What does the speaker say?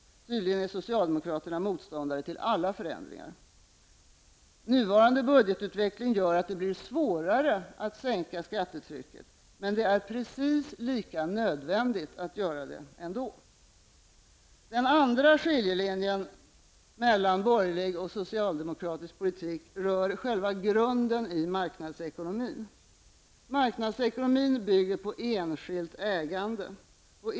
Tydligen är socialdemokraterna motståndare till alla förändringar. Nuvarande budgetutveckling gör att det blir svårare att sänka skattetrycket, men det är precis lika nödvändigt att göra det ändå. Den andra skiljelinjen mellan borgerlig och socialdemokratisk politik rör själva grunden i marknadsekonomin. Marknadsekonomin bygger på enskilt ägande.